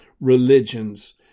religions